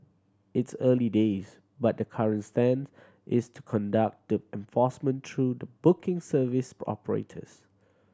it's early days but the current stance is to conduct the enforcement through the booking service operators